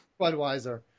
Budweiser